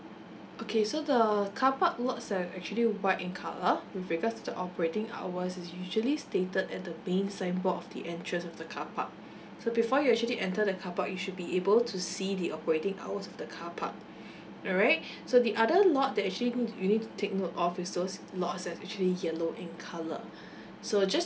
okay so the carpark lots are actually white in colour with regards to the operating hours is usually stated at the main signboard of the entrance of the carpark so before you actually enter the carpark you should be able to see the operating hours of the carpark alright so the other lot that actually you need to take note of is those lots that's actually yellow in colour so just